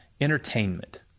entertainment